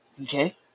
Okay